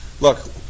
look